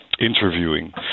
interviewing